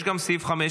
יש גם את סעיף 15,